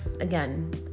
again